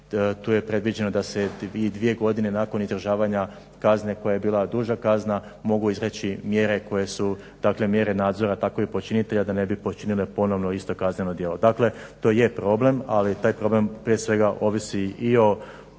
Tu je predviđeno da se i dvije godine nakon izdržavanja kazne koja je bila duža kazna mogu izreći mjere koje su dakle mjere nadzora takovih počinitelja, da ne bi počinile ponovno isto kazneno djelo. Dakle, to je problem, ali taj problem prije svega ovisi i o financijskim